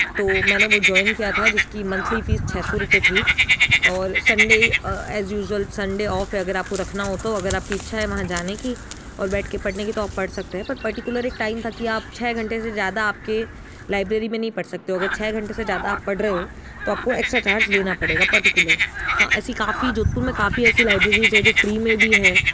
तो मैंने वो जॉइन किया था जिसकी मंथली फीस छः सौ रुपये थी और Sunday as usual Sunday off है अगर आपको रखना हो तो अगर आपकी इच्छा है वहाँ जाने की और बैठ के पढ़ने की तो आप पढ़ सकते हैं पर पर्टिक्युलर एक टाइम तक ही आप छः घंटे से ज़्यादा आपके लाइब्रेरी में नहीं पढ़ सकते हो अगर छः घंटे से ज़्यादा आप पढ़ रहे हो तो आपको एक्स्ट्रा चार्ज देना पड़ेगा पर्टिक्युलर हाँ ऐसी काफ़ी जोधपुर में काफ़ी ऐसी लाइब्रेरीस है जो फ्री में भी है